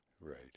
Right